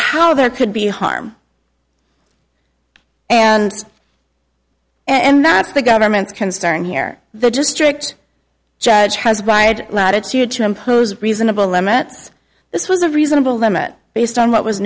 how there could be harm and and not the government's concern here the district judge transpired latitude to impose reasonable limits this was a reasonable limit based on what was